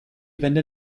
venne